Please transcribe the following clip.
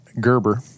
Gerber